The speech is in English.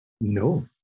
no